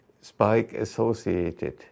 spike-associated